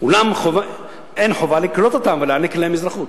אולם אין חובה לקלוט אותם ולהעניק להם אזרחות.